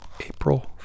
April